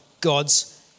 God's